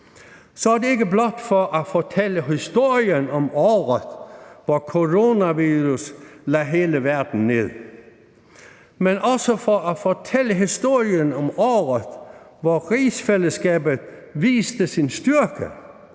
er det ikke blot for at fortælle historien om året, hvor coronavirus lagde hele verden ned, men også for at fortælle historien om året, hvor rigsfællesskabet viste sin styrke